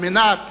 על מנת